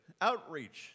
outreach